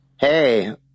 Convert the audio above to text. hey